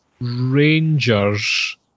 Rangers